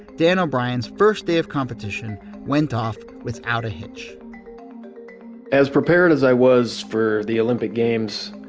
dan o'brien's first day of competition went off without a hitch as prepared as i was for the olympic games.